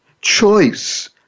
Choice